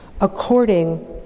according